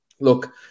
look